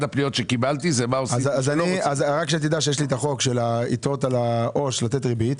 יש לי החוק של יתרות העו"ש, לתת ריבית,